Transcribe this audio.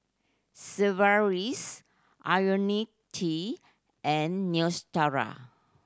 Sigvaris Ionil T and Neostrata